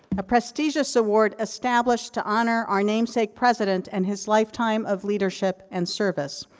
a prestigious award established to honor our namesake president, and his lifetime of leadership and service.